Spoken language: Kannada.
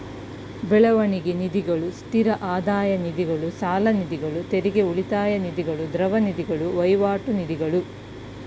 ಬೆಳವಣಿಗೆ ನಿಧಿಗಳು, ಸ್ಥಿರ ಆದಾಯ ನಿಧಿಗಳು, ಸಾಲನಿಧಿಗಳು, ತೆರಿಗೆ ಉಳಿತಾಯ ನಿಧಿಗಳು, ದ್ರವ ನಿಧಿಗಳು, ವಹಿವಾಟು ನಿಧಿಗಳು